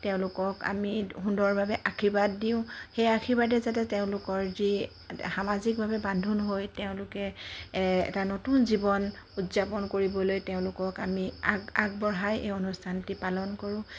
তেওঁলোকক আমি সুন্দৰভাৱে আশীৰ্বাদ দিওঁ সেই আশীৰ্বাদে যাতে তেওঁলোকৰ যি সামাজিকভাৱে বান্ধোন হৈ তেওঁলোকে এটা নতুন জীৱন উদযাপন কৰিবলৈ তেওঁলোকক আমি আগবঢ়াই এই অনুষ্ঠানটি পালন কৰোঁ